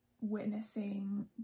witnessing